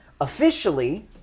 officially